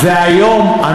זה אתם.